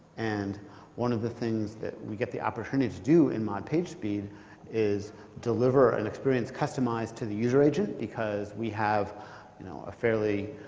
and one of the things that we get the opportunity to do in mod pagespeed is deliver an experience customized to the user agent, because we have you know ah a